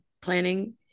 planning